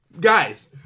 Guys